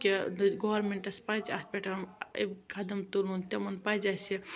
کہِ گورمینٹس پَزِ اَتھ پٮ۪ٹھ قَدم تُلُن تِمن پَزِ اَسہِ